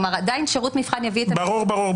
ברור.